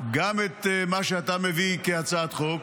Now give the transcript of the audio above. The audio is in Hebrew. גם את מה שאתה מביא כהצעת חוק,